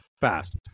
fast